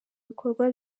bikorwa